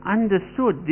understood